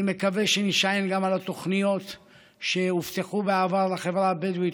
אני מקווה שנישען גם על התוכניות שהובטחו בעבר לחברה הבדואית,